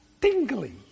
tingly